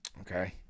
Okay